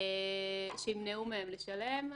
שימנעו מהם לשלם,